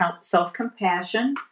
Self-compassion